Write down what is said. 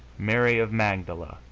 mary of magdala,